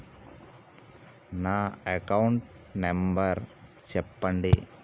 నా account number చెప్పండి?